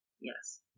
Yes